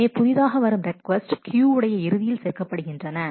எனவே புதிதாக வரும் ரெக்கொஸ்ட் கியூ உடைய இறுதியில் சேர்க்கப் படுகின்றன